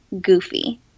goofy